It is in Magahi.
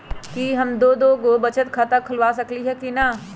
कि हम दो दो गो बचत खाता खोलबा सकली ह की न?